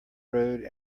road